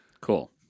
Cool